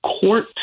court